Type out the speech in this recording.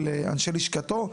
ולאנשי לשכתו,